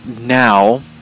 now